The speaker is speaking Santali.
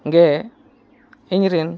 ᱜᱮ ᱤᱧᱨᱮᱱ